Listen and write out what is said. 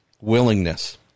willingness